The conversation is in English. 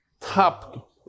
top